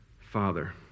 Father